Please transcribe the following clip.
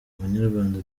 banyarwanda